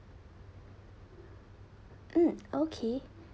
mm okay